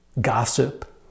gossip